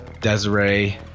Desiree